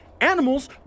animals